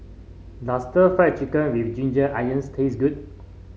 does Stir Fried Chicken with Ginger Onions taste good